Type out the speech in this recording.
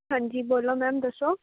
ਹਾਂਜੀ ਬੋਲੋ ਮੈਮ ਦੱਸੋ